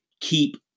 keep